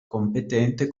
competente